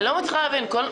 את לא מסכימה עם משהו,